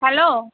hello